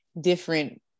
different